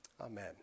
Amen